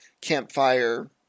campfire